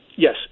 Yes